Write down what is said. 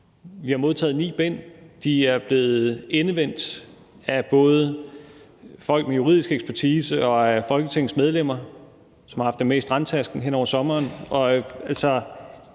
Vi har modtaget ni bind. De er blevet endevendt af både folk med juridisk ekspertise og af Folketingets medlemmer, som har haft dem med i strandtasken hen over sommeren.